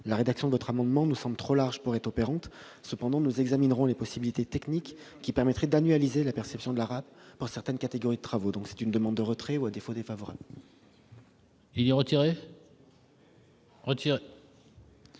La rédaction de cet amendement nous semble trop large pour être opérante. Cependant, nous examinerons les possibilités techniques qui permettraient d'annualiser la perception de la RAP pour certaines catégories de travaux. Le Gouvernement demande le retrait de cet amendement. À défaut, il émettra